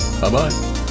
Bye-bye